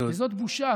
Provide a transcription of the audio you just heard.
וזאת בושה,